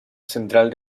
central